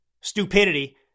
stupidity